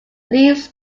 leaves